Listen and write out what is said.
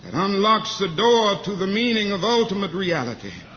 unlocks the door to the meaning of ultimate reality.